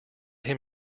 him